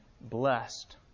blessed